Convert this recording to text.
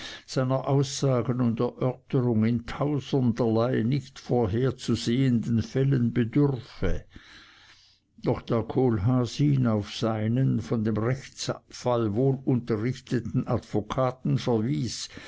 aussagen und erörterungen in tausenderlei nicht vorherzusehenden fällen bedürfe doch da kohlhaas ihn auf seinen von dem rechtsfall wohlunterrichteten advokaten verwies